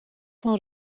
van